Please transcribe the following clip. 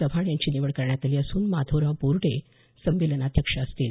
चव्हाण यांची निवड करण्यात आली असून माधवराव बोर्डे स्वागताध्यक्ष असतील